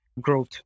growth